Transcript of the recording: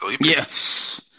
Yes